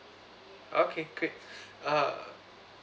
okay great uh